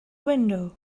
window